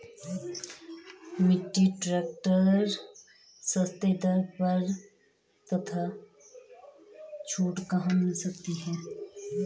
Mini tractor सस्ते दर पर तथा छूट कहाँ मिल रही है?